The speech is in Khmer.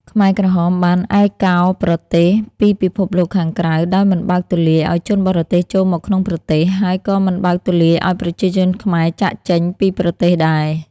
ខ្មែរក្រហមបានឯកោប្រទេសពីពិភពលោកខាងក្រៅ ដោយមិនបើកទូលាយឱ្យជនបរទេសចូលមកក្នុងប្រទេស ហើយក៏មិនបើកទូលាយឱ្យប្រជាជនខ្មែរចាកចេញពីប្រទេសដែរ។